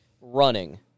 running